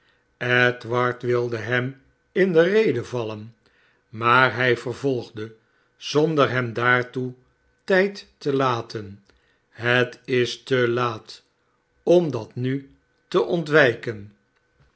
edward wilde hem in de rede vallen maar hij vervolgde zonder hem daartoe tijd te laten het is te laat om dat nu te ontwijken